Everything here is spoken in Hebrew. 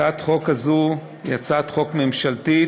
הצעת החוק הזו היא הצעת חוק ממשלתית,